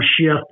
shift